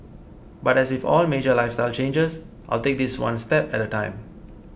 but as if all major lifestyle changes I'll take this one step at a time